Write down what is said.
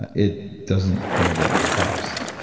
ah it doesn't come at any cost.